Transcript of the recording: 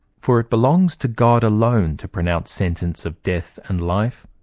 for it belongs to god alone to pronounce sentence of death and life.